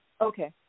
Okay